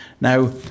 Now